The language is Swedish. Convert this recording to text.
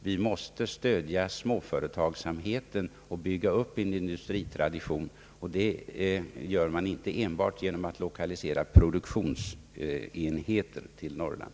Vi måste stödja småföretagsamheten och bygga upp en industritradition, och det gör man inte enbart genom att lokalisera produktionsenheter till Norrland.